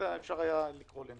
אפשר היה לקרוא לי.